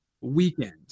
weekend